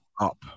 up